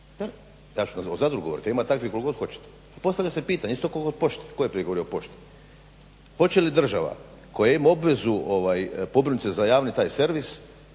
Da, ja ću vam o Zadru govoriti, a ima takvih koliko god hoćete. I postavlja se pitanje isto kao kod pošte. Tko je prije govorio o pošti? Hoće li država koja ima obvezu pobrinut se za javni taj servis,